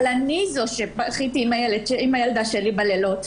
אבל אני זו שבכיתי עם הילדה שלי בלילות,